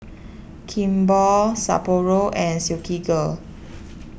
Kimball Sapporo and Silkygirl